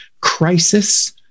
crisis